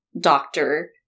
doctor